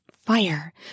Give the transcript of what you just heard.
fire